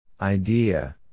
Idea